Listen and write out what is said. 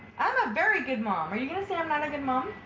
i'm a very good mom! are you gonna say i'm not a good mom?